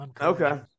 okay